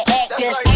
actors